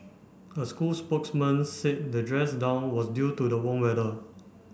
a school spokesman said the dress down was due to the warm weather